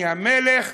אני המלך,